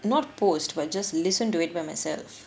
not post but just listen to it by myself